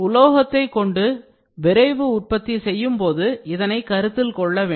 உலோகத்தை கொண்டு விரைவு உற்பத்தி செய்யும்போது இதனை கருத்தில் கொள்ள வேண்டும்